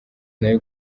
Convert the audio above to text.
nayo